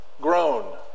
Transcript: grown